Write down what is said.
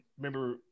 remember